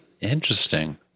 Interesting